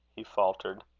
he faltered.